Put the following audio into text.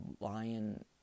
lion